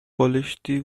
بالشتی